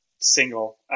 single